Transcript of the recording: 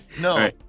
No